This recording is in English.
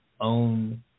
own